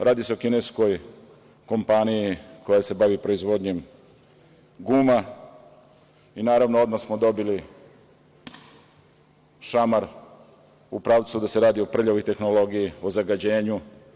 Prvo, radi se o kineskoj kompaniji koja se bavi proizvodnjom guma i naravno odmah smo dobili šamar u pravcu da se radi o prljavoj tehnologiji, o zagađenju.